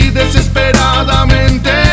desesperadamente